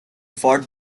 fought